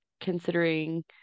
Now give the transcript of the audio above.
considering